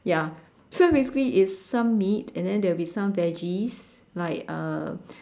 ya so basically it's some meat and then there will be some veggies like uh